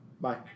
Bye